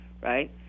right